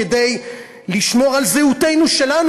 כדי לשמור על זהותנו שלנו,